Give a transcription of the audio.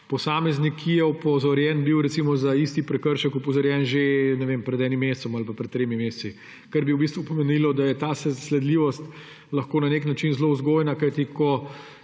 posameznik, ki je opozorjen, recimo za isti prekršek opozorjen že, ne vem, pred enim mesecem ali pa pred tremi meseci. Kar bi v bistvu pomenilo, da je ta sledljivost lahko na nek način zelo vzgojna, kajti ko